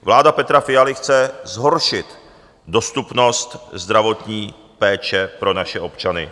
Vláda Petra Fialy chce zhoršit dostupnost zdravotní péče pro naše občany.